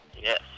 Yes